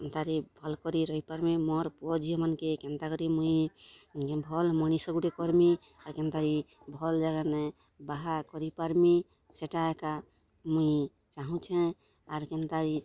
କେନ୍ତାକରି ଭଲ୍ କରି ରହିପାର୍ମି ମୋର୍ ପୁଅ ଝି ମାନ୍କେ କେନ୍ତା କରିକି ମୁଇଁ ଭଲ୍ ମଣିଷ ଗୁଟେ କର୍ମି ଆଉ କେନ୍ତା କରିକି ଭଲ୍ ଜାଗାନେ ବାହା କରିପାର୍ମି ସେଟା ଏକା ମୁଇଁ ଚାହୁଁଛେଁ ଆର୍ କେନ୍ତା କିରି